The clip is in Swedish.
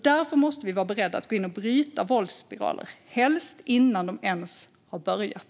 Därför måste vi vara beredda att gå in och bryta våldsspiraler, helst innan de ens har börjat.